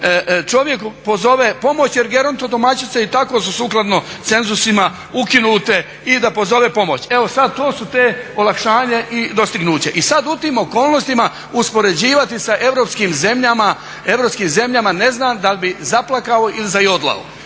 čovjeku, jer gerontodomaćice i tako su sukladno cenzusima ukinute i da pozove pomoć. Evo sad to su sad te olakšanja i dostignuća. I sad u tim okolnostima uspoređivati sa europskim zemljama, ne znam dal bi zaplakao ili zajodlao.